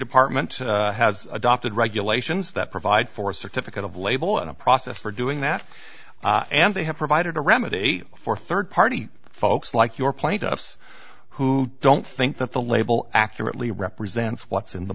department has adopted regulations that provide for a certificate of label and a process for doing that and they have provided a remedy for third party folks like your plaintiffs who don't think that the label accurately represents what's in the